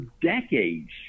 decades